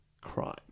crime